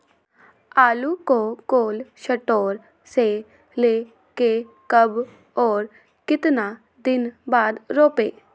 आलु को cold store से ले के कब और कितना दिन बाद रोपे?